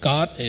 God